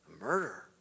murder